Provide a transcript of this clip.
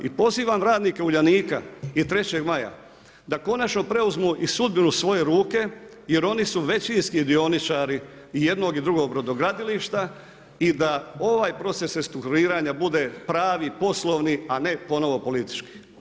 I pozivam radnike Uljanika i 2. Maja da konačno preuzmu i sudbinu u svoje ruke jer oni su većinski dioničari i jednog i drugog brodogradilišta i da ovaj proces restruktuiranja bude pravi, poslovni a ne ponovno politički.